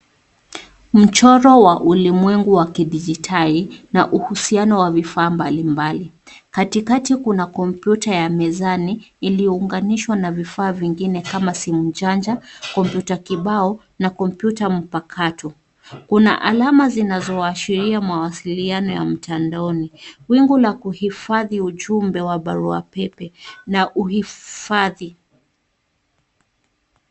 Mchoro wa ulimwengu wa kidijitali, na uhusiano wa vifaa mbalimbali. Katikati kuna kompuyta ya mezani, iliyounganishwa na vifaa vingine kama simujanja, kompyuta kibao na kompyuta mpakato. Kuna alama zinazoashiria mawasiliano ya mtandaoni. Wingu la kuhifadhi ujumbe wa barua pepe, na uhifadhi.